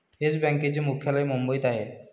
yes बँकेचे मुख्यालय मुंबईत आहे